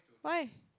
why